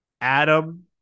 Adam